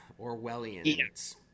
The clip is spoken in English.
Orwellian